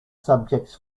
subjects